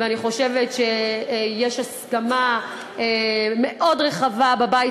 ואני חושבת שיש הסכמה מאוד רחבה בבית